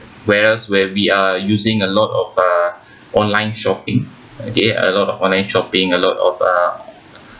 whereas where we are using a lot of uh online shopping okay a lot of online shopping a lot of uh